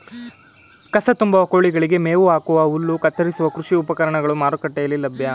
ಕಸ ತುಂಬುವ, ಕೋಳಿಗಳಿಗೆ ಮೇವು ಹಾಕುವ, ಹುಲ್ಲು ಕತ್ತರಿಸುವ ಕೃಷಿ ಉಪಕರಣಗಳು ಮಾರುಕಟ್ಟೆಯಲ್ಲಿ ಲಭ್ಯ